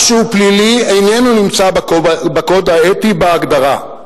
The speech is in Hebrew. מה שהוא פלילי איננו נמצא בקוד האתי בהגדרה,